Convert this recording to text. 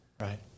Right